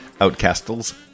Outcastles